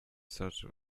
such